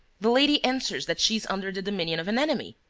the lady answers that she is under the dominion of an enemy,